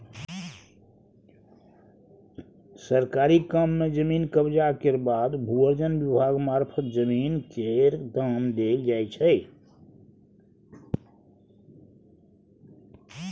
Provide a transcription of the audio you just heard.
सरकारी काम मे जमीन कब्जा केर बाद भू अर्जन विभाग मारफत जमीन केर दाम देल जाइ छै